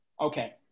Okay